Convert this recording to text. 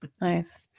Nice